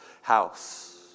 house